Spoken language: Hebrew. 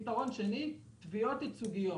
פתרון שני הוא תביעות ייצוגיות.